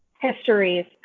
histories